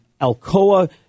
Alcoa